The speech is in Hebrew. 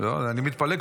אני מתפלא.